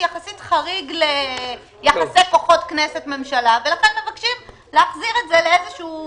חריג יחסית ליחסי כוחות כנסת ממשלה ולכן מבקשים להחזיר את זה לאיזשהו